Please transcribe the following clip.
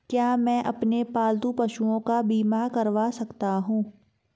क्या मैं अपने पालतू पशुओं का बीमा करवा सकता हूं?